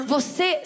Você